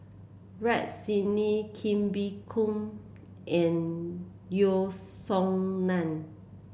Rex Shelley Kee Bee Khim and Yeo Song Nian